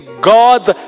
God's